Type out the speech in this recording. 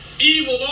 Evil